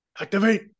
Activate